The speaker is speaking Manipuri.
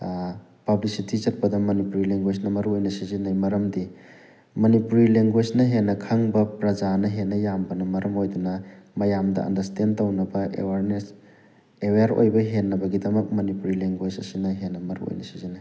ꯄꯕ꯭ꯂꯤꯁꯤꯇꯤ ꯆꯠꯄꯗ ꯃꯅꯤꯄꯨꯔꯤ ꯂꯦꯡꯒ꯭ꯋꯨꯖꯅ ꯃꯔꯨꯑꯣꯏꯅ ꯁꯤꯖꯤꯟꯅꯩ ꯃꯔꯝꯗꯤ ꯃꯅꯤꯄꯨꯔꯤ ꯂꯦꯡꯒ꯭ꯋꯨꯖꯅ ꯍꯦꯟꯅ ꯈꯪꯕ ꯄ꯭ꯔꯖꯥꯅ ꯍꯦꯟꯅ ꯌꯥꯝꯕꯅ ꯃꯔꯝ ꯑꯣꯏꯗꯨꯅ ꯃꯌꯥꯝꯗ ꯑꯟꯗꯔꯁꯇꯦꯟ ꯇꯧꯅꯕ ꯑꯦꯋꯥꯔꯅꯦꯁ ꯑꯦꯋ꯭ꯌꯥꯔ ꯑꯣꯏꯕ ꯍꯦꯟꯅꯕꯒꯤꯗꯃꯛ ꯃꯅꯤꯄꯨꯔꯤ ꯂꯦꯡꯒ꯭ꯋꯨꯖ ꯑꯁꯤꯅ ꯍꯦꯟꯅ ꯃꯔꯨꯑꯣꯏꯅ ꯁꯤꯖꯤꯟꯅꯩ